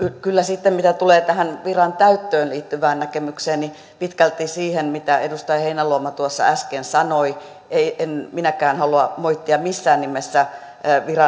kyllä sitten mitä tulee tähän virantäyttöön liittyvään näkemykseen pitkälti siihen mitä edustaja heinäluoma tuossa äsken sanoi ei en minäkään halua moittia missään nimessä